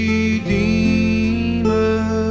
Redeemer